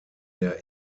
der